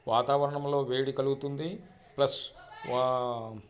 వాతావరణంలో వేడి కలుగుతుంది ప్లస్